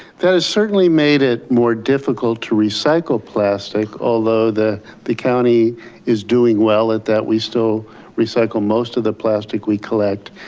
that has certainly made it more difficult to recycle plastic, although the the county is doing well at that. we still recycle most of the plastic we collect.